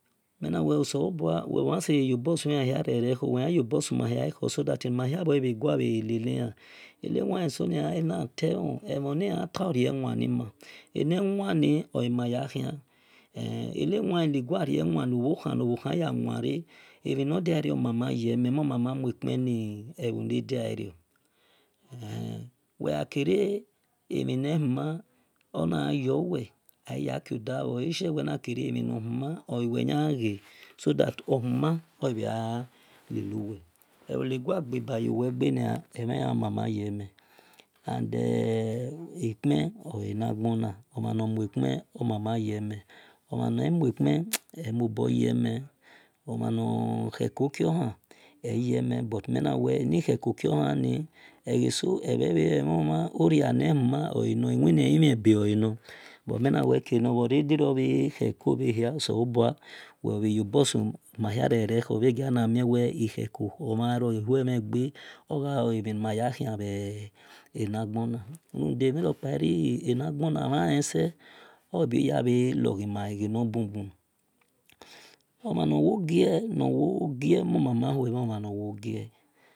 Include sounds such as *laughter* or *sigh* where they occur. Mel na wel solobua wel bhor yan seye riobor sui an yiarere eghor wel yan seye mobor sui ma hia ekhor ruda ni ma-khia seye gua bhe leli an elewae eaonia ena temhon emhon nian ta hia seye rio wan nima enewani o e ma ya khian el enewae ne gua rie wan nobhokhan no bho khan ya wanre emhi nodia rio mama ye-mel momama mue kpen ne-bho ne diario *hesitation* wel gha kere emhi ne-human ona yowel aya kio dalo oleye emhi nor huma olu wel yan gha-ghe so that ohuman obhe gha leluwel ebho ne-gua gbe-bu-vo-wel gbeni emhenian omumu yeme omhan ne mue kpen e mama yel mel omhan nor kheko kio han e mobo yeme mhe na wel eni khevo kio yan ni egheso ebhe emheblan oria ne huma olena iwhine umhenbe o lenor omhan nor wo gie o mhan no wo gie mo mama hue mho mhan nor wo gie